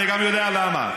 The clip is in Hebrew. אני גם יודע למה.